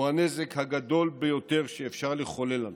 הוא הנזק הגדול ביותר שאפשר לחולל לנו.